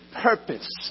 purpose